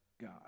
God